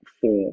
form